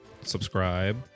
Subscribe